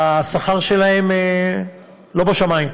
השכר שלהם לא בשמים.